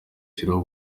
ashyiraho